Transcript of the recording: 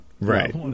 right